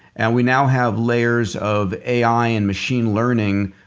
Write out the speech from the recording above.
and we now have layers of ai and machine learning,